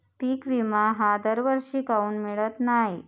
पिका विमा हा दरवर्षी काऊन मिळत न्हाई?